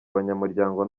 abanyamuryango